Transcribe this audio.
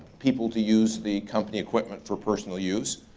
people to use the company equipment for personal use.